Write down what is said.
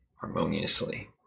harmoniously